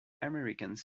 americans